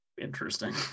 interesting